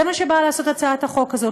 זה מה שבאה לעשות הצעת החוק הזאת,